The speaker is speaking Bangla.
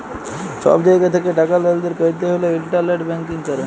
ছব জায়গা থ্যাকে টাকা লেলদেল ক্যরতে হ্যলে ইলটারলেট ব্যাংকিং ক্যরে